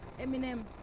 Eminem